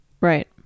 Right